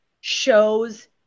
shows